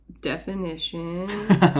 Definition